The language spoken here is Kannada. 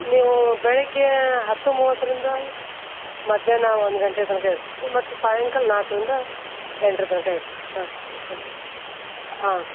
ನೀವು ಬೆಳಗ್ಗೆ ಹತ್ತು ಮೂವತ್ತರಿಂದ ಮಧ್ಯಾಹ್ನ ಒಂದು ಗಂಟೆ ತನಕ ಇರ್ತೀವಿ ಮತ್ತು ಸಾಯಂಕಾಲ ನಾಲ್ಕರಿಂದ ಎಂಟರ ತನಕ ಇರ್ತೀವಿ ಹ್ಞೂ ರೀ ಹ್ಞೂ ಹಾಂ ರೀ